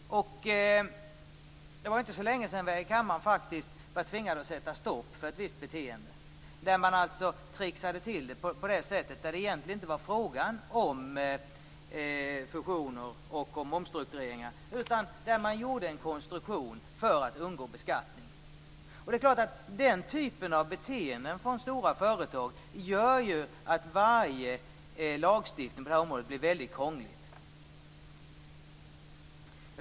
Det var inte så länge sedan som vi här i kammaren var tvingade att sätta stopp för ett visst beteende, ett trixade i fall där det egentligen inte var fråga om fusioner och omstruktureringar men där man gjorde en konstruktion för att undgå beskattning. Det är klart att den typen av beteenden från stora företag gör att varje lagstiftning på det här området blir väldigt krånglig.